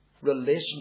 relationship